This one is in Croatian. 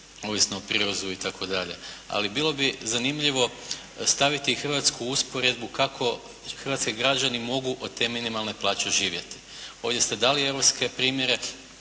ovisno o prirezu itd. Ali bilo bi zanimljivo staviti Hrvatsku u usporedbu kako hrvatski građani mogu od te minimalne plaće živjeti. Ovdje ste dali europske primjere,